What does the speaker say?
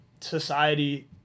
society